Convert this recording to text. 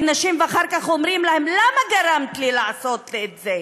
נשים ואחר כך אומרים להן: למה גרמת לי לעשות את זה?